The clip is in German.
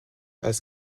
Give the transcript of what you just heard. als